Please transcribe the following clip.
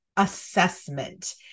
Assessment